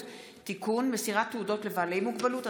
(תיקון) (מסירת תעודות לבעלי מוגבלות),